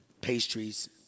pastries